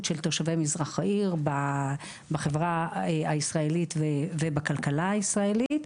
של תושבי מזרח העיר בחברה הישראלית ובכלכלה הישראלית.